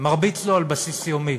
מרביץ לו על בסיס יומי,